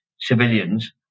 civilians